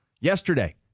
Yesterday